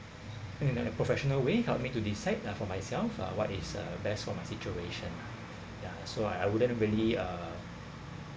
you know the professional way help me to decide uh for myself uh what is uh best for my situation ah ya so I wouldn't really uh